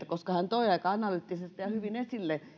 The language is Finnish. koska hän toi aika analyyttisesti ja hyvin esille